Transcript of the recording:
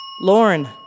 Lauren